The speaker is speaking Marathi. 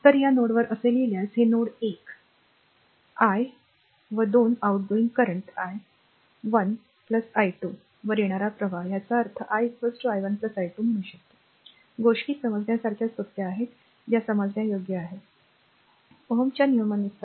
तर या नोडवर असे लिहिल्यास हे नोड 1 i व 2 आउटगोइंग करंट आय 1 i2 वर येणारा प्रवाह याचा अर्थ r i r i1 i2 म्हणून गोष्टी समजण्यासारख्या सोप्या गोष्टी आहेत ज्या समजण्याजोग्या आहेत म्हणून मी ती साफ करतो